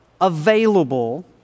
available